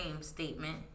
statement